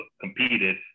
competed